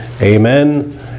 amen